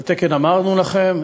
על תקן "אמרנו לכם",